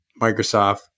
Microsoft